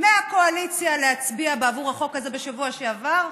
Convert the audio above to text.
מהקואליציה להצביע בעבור החוק הזה בשבוע שעבר,